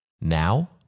now